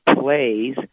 plays